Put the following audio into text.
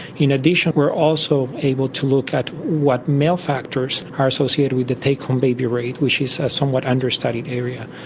in addition we are also able to look at what male factors are associated with the take-home baby rate, which is a somewhat under-studied area.